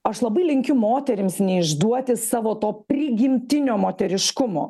aš labai linkiu moterims neišduoti savo to prigimtinio moteriškumo